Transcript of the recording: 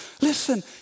listen